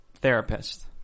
therapist